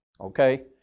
Okay